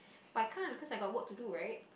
but I can't cause I got work to do right